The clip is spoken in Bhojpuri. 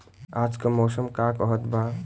आज क मौसम का कहत बा?